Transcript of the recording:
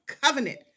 covenant